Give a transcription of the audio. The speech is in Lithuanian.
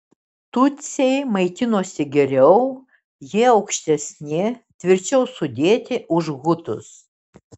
tutsiai maitinosi geriau jie aukštesni tvirčiau sudėti už hutus